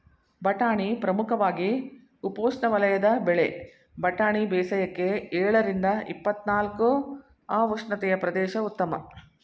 ಬಟಾಣಿ ಪ್ರಮುಖವಾಗಿ ಉಪೋಷ್ಣವಲಯದ ಬೆಳೆ ಬಟಾಣಿ ಬೇಸಾಯಕ್ಕೆ ಎಳರಿಂದ ಇಪ್ಪತ್ನಾಲ್ಕು ಅ ಉಷ್ಣತೆಯ ಪ್ರದೇಶ ಉತ್ತಮ